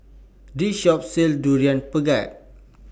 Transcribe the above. This Shop sells Durian Pengat